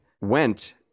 went